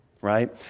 right